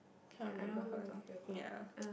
cannot remember her name ya